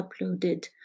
uploaded